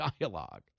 dialogue